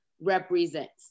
represents